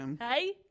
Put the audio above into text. Hey